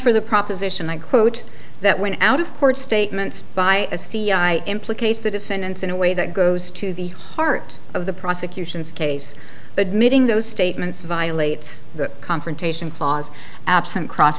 for the proposition that quote that went out of court statements by a c i implicates the defendants in a way that goes to the heart of the prosecution's case but meeting those statements violates the confrontation clause absent cross